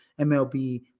MLB